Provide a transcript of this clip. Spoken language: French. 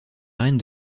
arène